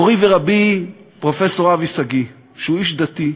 מורי ורבי, פרופסור אבי שגיא, שהוא איש דתי,